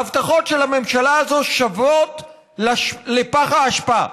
ההבטחות של הממשלה הזו שוות לפח האשפה.